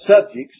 subjects